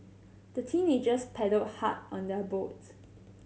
the teenagers paddled hard on their boats